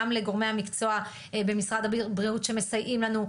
גם לגורמי המקצוע במשרד הבריאות שמסייעים לנו,